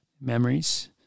memories